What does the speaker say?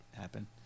happen